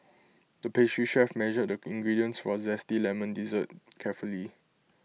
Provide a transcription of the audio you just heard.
the pastry chef measured the ingredients for A Zesty Lemon Dessert carefully